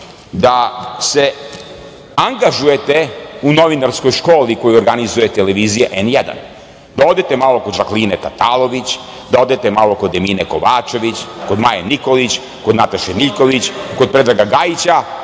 da se angažujete u novinarskoj školi koju organizuje televizija N1, da odete malo kod Žakline Tatalović, da odete malo kod Emine Kovačević, kod Maje Nikolić, kod Nataše Miljković, kod Predraga Gajića